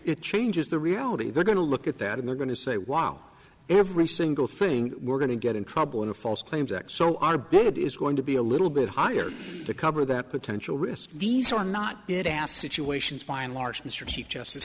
it changes the reality they're going to look at that and they're going to say wow every single thing we're going to get in trouble in a false claims act so our bullet is going to be a little bit higher to cover that potential risk these are not good as situations by and large mr chief justice